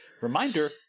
Reminder